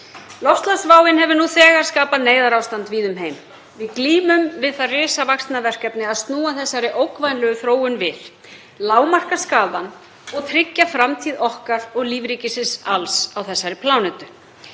Loftslagsváin hefur nú þegar skapað neyðarástand víða um heim. Við glímum við það risavaxna verkefni að snúa þessari ógnvænlegu þróun við, lágmarka skaðann og tryggja framtíð okkar og lífríkisins alls á þessari plánetu.